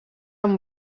amb